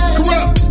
Corrupt